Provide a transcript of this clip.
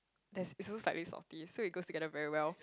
there's it's also slightly salty so it goes together very well